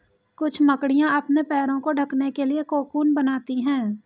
कुछ मकड़ियाँ अपने पैरों को ढकने के लिए कोकून बनाती हैं